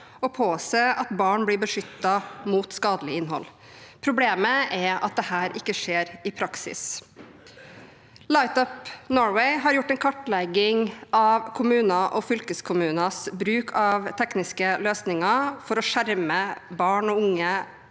å påse at barn blir beskyttet mot skadelig innhold. Problemet er at dette ikke skjer i praksis. Lightup Norway har gjort en kartlegging av kommunenes og fylkeskommunenes bruk av tekniske løsninger for å skjerme barn og unge